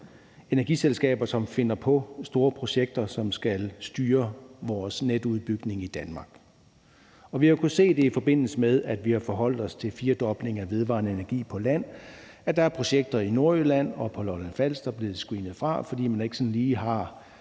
energiselskaber, som finder på store projekter, der skal styre vores netudbygning i Danmark. Vi har kunnet se, i forbindelse med at vi har forholdt os til en firedobling af vedvarende energi på land, at der er projekter i Nordjylland og på Lolland-Falster, der er blevet screenet fra, fordi man ikke lige har